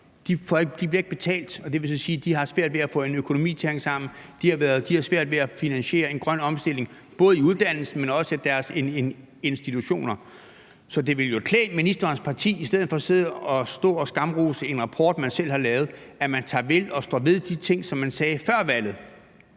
ikke bliver betalt. Det vil sige, at de så har svært ved at få en økonomi til at hænge sammen. De har svært ved at finansiere en grøn omstilling både i uddannelsen, men også af deres institutioner. Så det ville jo klæde ministerens parti – i stedet for at stå og skamrose en rapport, man selv har lavet – at man tager ved og står ved de ting, som man sagde før valget,